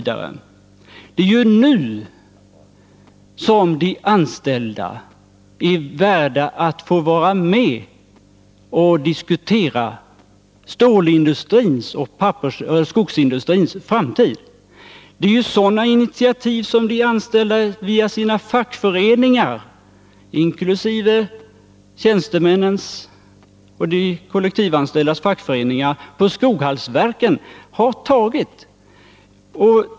Det är nu som de anställda är värda att få vara med och diskutera stålindustrins och skogsindustrins framtid. Det är sådana initiativ som de anställda via sina fackföreningar — både tjänstemännens och de kollektivanställdas — på Skoghallsverken har tagit.